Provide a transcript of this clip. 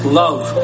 love